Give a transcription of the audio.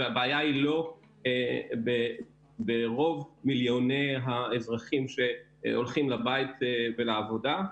והבעיה היא לא ברוב מיליוני האזרחים שהולכים לבית ולעבודה,